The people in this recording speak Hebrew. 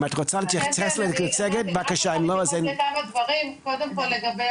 לפני שהיא תתייחס אני רוצה לחזור לעניין הכמויות שהחבר שמוליק מאילת